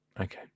Okay